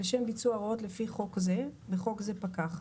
לשם ביצוע הוראות לפי חוק זה (בחוק זה פקח).